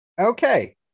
Okay